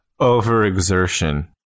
overexertion